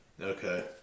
Okay